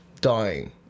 dying